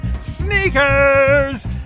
sneakers